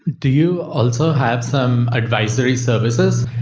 do you also have some advisory services?